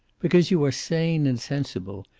because you are sane and sensible.